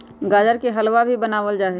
गाजर से हलवा भी बनावल जाहई